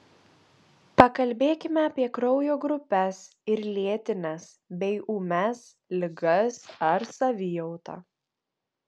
pakalbėkime apie kraujo grupes ir lėtines bei ūmias ligas ar savijautą